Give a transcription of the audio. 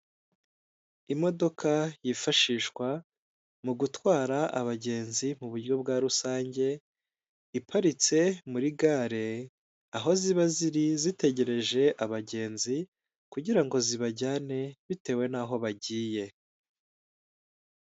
Imodoka yifashishwa mu gutwara abagenzi mu buryo bwa rusange, iparitse muri gare, aho ziba ziri zitegereje abagenzi kugira ngo zibajyane bitewe naho bagiye.